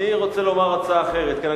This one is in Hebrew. אני רוצה לומר הצעה אחרת, כן.